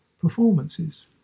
performances